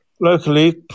Locally